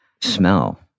smell